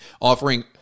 offering